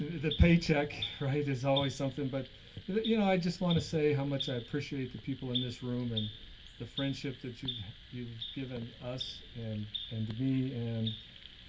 the paycheck, right, is always something. but you know i just wanna say how much i appreciate the people in this room and the friendship that you've you've given us and and to me and,